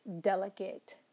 delicate